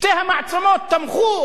שתי המעצמות תמכו,